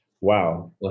Wow